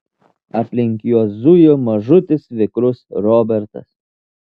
aplink juos zujo mažutis vikrus robertas